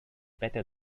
better